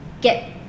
get